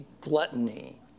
gluttony